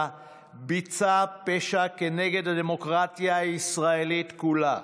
ביצע פשע נגד הדמוקרטיה הישראלית כולה.